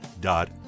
dot